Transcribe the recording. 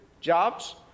jobs